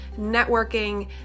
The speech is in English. networking